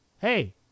Hey